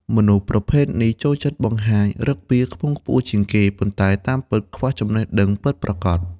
មនុស្សប្រភេទនេះចូលចិត្តបង្ហាញឫកពាខ្ពង់ខ្ពស់ជាងគេ ប៉ុន្តែតាមពិតខ្វះចំណេះដឹងពិតប្រាកដ។